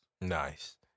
Nice